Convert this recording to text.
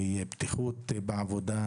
בבטיחות בעבודה,